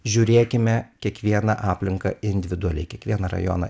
žiūrėkime kiekvieną aplinką individualiai kiekvieną rajoną